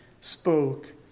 spoke